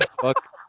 Fuck